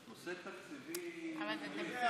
מיקי,